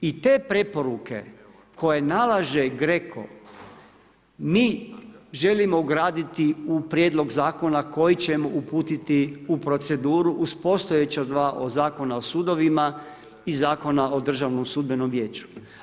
I te preporuke koje nalaže GREC-o mi želimo ugraditi u Prijedlog zakona koji će uputiti u proceduru uz postojeća dva Zakona o sudovima i Zakona o Državnom sudbenom vijeću.